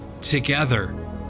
together